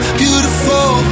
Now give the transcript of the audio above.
beautiful